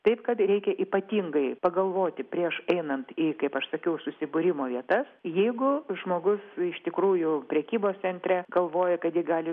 taip kad reikia ypatingai pagalvoti prieš einant į kaip aš sakiau susibūrimo vietas jeigu žmogus iš tikrųjų prekybos centre galvoja kad jį gali